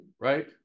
right